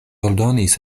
ordonis